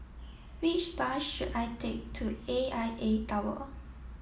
which bus should I take to A I A Tower